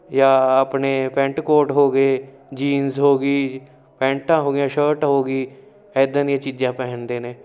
ਜਾਂ ਆਪਣੇ pant coat ਹੋ ਗਏ ਜੀਨਸ ਹੋ ਗਈ ਪੈਂਟਾਂ ਹੋ ਗਈਆਂ ਸ਼ਰਟ ਹੋ ਗਈ ਇੱਦਾਂ ਦੀਆਂ ਚੀਜ਼ਾਂ ਪਹਿਨਦੇ ਨੇ